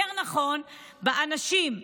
או יותר נכון באנשים,